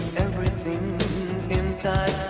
everything inside